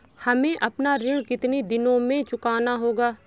हमें अपना ऋण कितनी दिनों में चुकाना होगा?